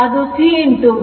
ಅದು C v rms 2 ಇರುತ್ತದೆ